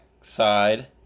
side